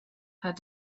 had